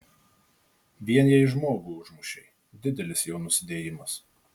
vien jei žmogų užmušei didelis jau nusidėjimas